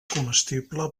comestible